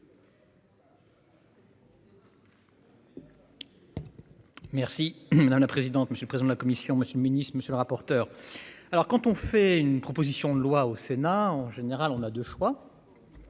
Merci madame la présidente, monsieur le président de la Commission, monsieur le ministre, monsieur le rapporteur. Alors quand on fait une proposition de loi au Sénat, en général on a 2 choix.